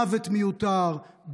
מוות מיותר,